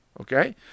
Okay